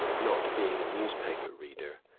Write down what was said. not being a newspaper-reader,